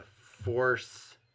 force